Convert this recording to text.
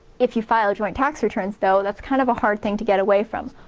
if you file joint tax returns though, that's kind of a hard thing to get away from.